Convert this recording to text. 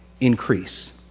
increase